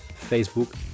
Facebook